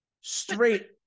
straight-